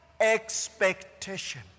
expectation